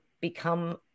become